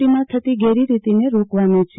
ટીમાં થતી ગેરરિતને રોકવાનો છે